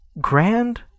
grand